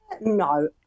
No